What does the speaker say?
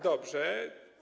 Dobrze.